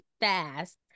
fast